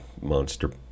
monster